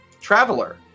Traveler